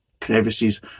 crevices